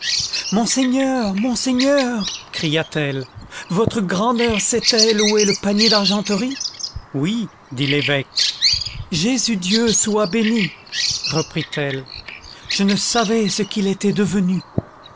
monseigneur monseigneur cria-t-elle votre grandeur sait-elle où est le panier d'argenterie oui dit l'évêque jésus dieu soit béni reprit-elle je ne savais ce qu'il était devenu